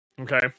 Okay